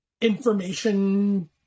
information